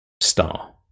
star